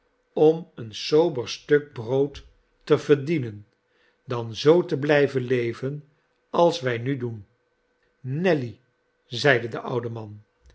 om een sober stuk brood te verdienen dan zoo te blg'ven leven als wij nu doen nelly zeide de oude man